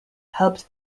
helped